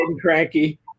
cranky